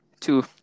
Two